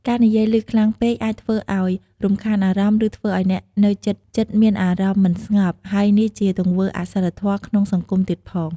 ការនិយាយឮខ្លាំងពេកអាចធ្វើឲ្យរំខានអារម្មណ៍ ឬ ធ្វើឲ្យអ្នកនៅជិតៗមានអារម្មណ៍មិនស្ងប់ ហើយនេះជាទង្វើអសីលធម៌ក្នុងសង្គមទៀតផង។